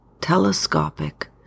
telescopic